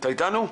אתה אתנו?